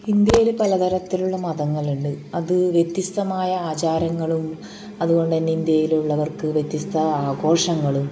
ഇന്ത്യയിൽ പലതരത്തിലുള്ള മതങ്ങളുണ്ട് അത് വ്യത്യസ്തമായ ആചാരങ്ങളും അതുകൊണ്ടുതന്നെ ഇന്ത്യയിലുള്ളവർക്ക് വ്യത്യസ്ത ആഘോഷങ്ങളും